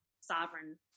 sovereign